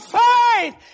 faith